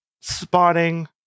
spawning